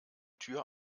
tür